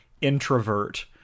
introvert